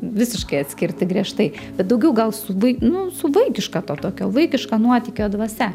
visiškai atskirti griežtai bet daugiau gal su vai nu su vaikiška to tokio vaikiška nuotykio dvasia